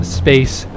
space